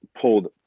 pulled